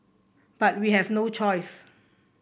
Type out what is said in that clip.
but we have no choice